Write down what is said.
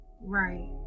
Right